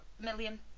million